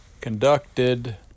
conducted